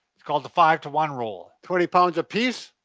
it's called the five to one rule. twenty pounds a piece?